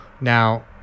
Now